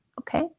Okay